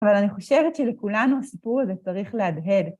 אבל אני חושבת שלכולנו הסיפור הזה צריך להדהד.